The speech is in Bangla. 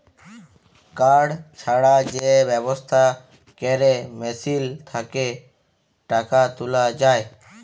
কাড় ছাড়া যে ব্যবস্থা ক্যরে মেশিল থ্যাকে টাকা তুলা যায়